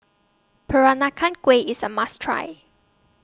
Peranakan Kueh IS A must Try